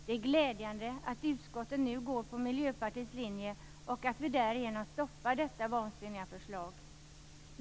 Det är glädjande att utskottet nu går på Miljöpartiets linje och att vi därigenom stoppar detta vansinniga förslag.